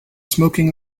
smoking